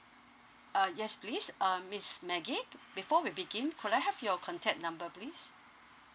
uh yes please um miss maggie before we begin could I have your contact number please